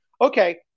okay